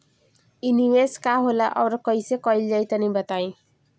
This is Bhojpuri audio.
इ निवेस का होला अउर कइसे कइल जाई तनि बताईं?